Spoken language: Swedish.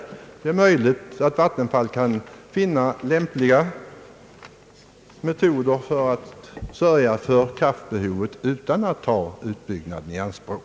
Det är möjligt att vattenfall kan finna lämpliga metoder för att sörja för kraftbehovet utan att ta utbyggnaden i anspråk.